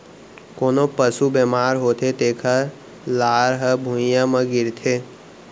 कोनों पसु बेमार होथे तेकर लार ह भुइयां म गिरथे